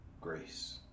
grace